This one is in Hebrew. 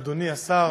אדוני השר,